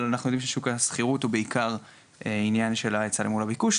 אבל אנחנו יודעים ששוק השכירות הוא בעיקר עניין של היצע וביקוש,